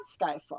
skyfall